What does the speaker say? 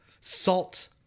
salt